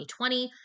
2020